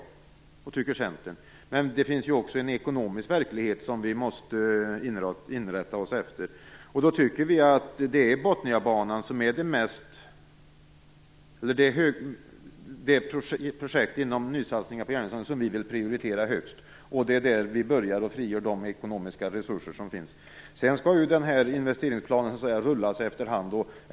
Det tycker också Centern. Men det finns också en ekonomisk verklighet som vi måste rätta oss efter. Vi tycker att Botniabanan är det projekt inom nysatsningar på järnvägen som vi vill prioritera högst. Det är där vi börjar och frigör de ekonomiska resurser som finns. Investeringsplanen skall ju också rulla på.